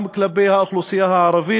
כלפי האוכלוסייה הערבית.